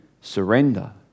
surrender